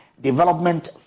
development